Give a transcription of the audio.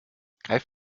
greif